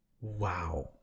Wow